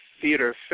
Theater